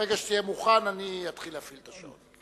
ברגע שתהיה מוכן, אני אתחיל להפעיל את השעון.